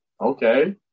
Okay